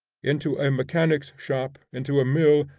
into a mechanic's shop, into a mill,